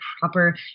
proper